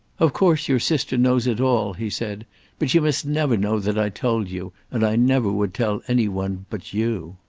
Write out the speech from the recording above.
of course your sister knows it all, he said but she must never know that i told you, and i never would tell any one but you.